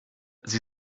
sie